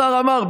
השר עמאר,